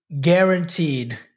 guaranteed